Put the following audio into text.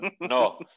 No